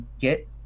get